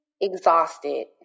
exhausted